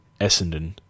Essendon